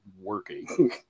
working